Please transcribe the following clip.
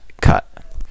cut